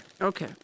Okay